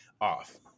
off